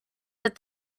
that